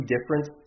difference